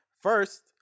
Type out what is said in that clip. first